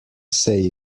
say